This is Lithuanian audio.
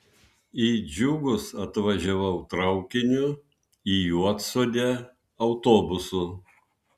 į džiugus atvažiavau traukiniu į juodsodę autobusu